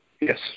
Yes